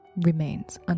remains